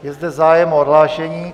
Je zde zájem o odhlášení.